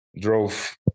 drove